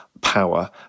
power